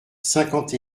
cinquante